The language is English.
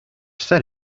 said